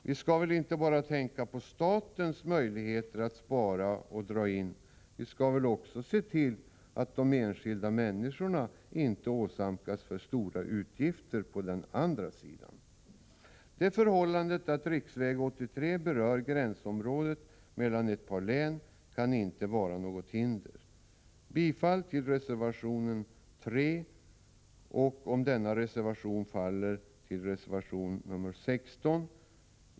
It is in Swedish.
Vi skall inte bara tänka på statens möjligheter att spara och dra in, vi skall också se till att de enskilda människorna inte åsamkas för stora utgifter. Det förhållandet att riksväg 83 berör gränsområdet mellan ett par län kan inte vara något hinder. Jag yrkar bifall till reservation nr 3 och, om den reservationen faller, till reservation nr 15.